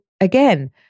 again